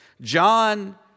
John